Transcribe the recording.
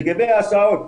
לגבי ההסעות,